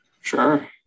Sure